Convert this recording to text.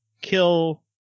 kill